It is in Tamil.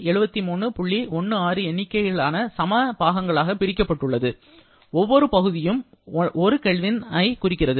16 எண்ணிக்கையிலான சம பாகங்களாக பிரிக்கப்பட்டுள்ளது ஒவ்வொரு பகுதியும் 1 K ஐ குறிக்கிறது